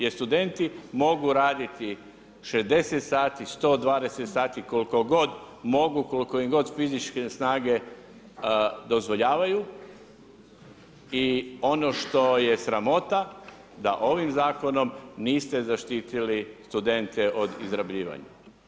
Jer studenti mogu raditi 60 sati, 120 sati koliko god mogu, koliko im god fizičke snage dozvoljavaju i ono što je sramota, da ovim zakonom niste zaštitili studente od izrabljivanja.